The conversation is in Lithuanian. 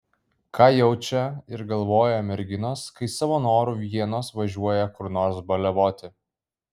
ką jaučia ir galvoja merginos kai savo noru vienos važiuoja kur nors baliavoti